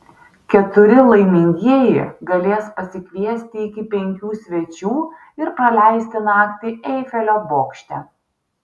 keturi laimingieji galės pasikviesti iki penkių svečių ir praleisti naktį eifelio bokšte